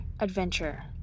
adventure